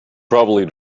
probably